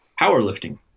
powerlifting